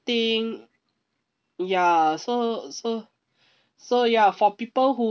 ya so so so ya for people who